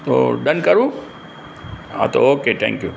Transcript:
તો ડન કરું હા તો ઓકે થેંક યુ